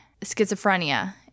schizophrenia